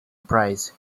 price